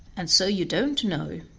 and so you don't know,